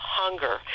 hunger